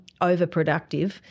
overproductive